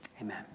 amen